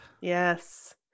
Yes